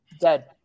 dead